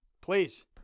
Please